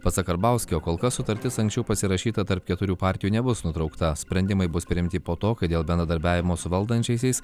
pasak karbauskio kol kas sutartis anksčiau pasirašyta tarp keturių partijų nebus nutraukta sprendimai bus priimti po to kai dėl bendradarbiavimo su valdančiaisiais